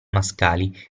mascali